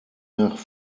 nach